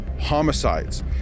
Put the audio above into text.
homicides